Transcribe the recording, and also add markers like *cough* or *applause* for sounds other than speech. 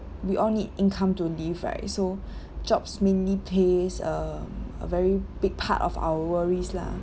we all need income to live right so *breath* jobs mainly pays um a very big part of our worries lah